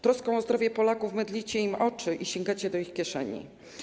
Troską o zdrowie Polaków mydlicie im oczy i sięgacie do ich kieszeni.